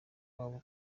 wabo